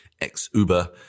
ex-Uber